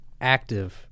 active